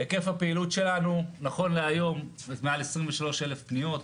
היקף הפעילות שלנו נכון להיום זה מעל 23,000 פניות,